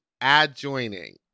adjoining